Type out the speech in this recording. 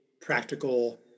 practical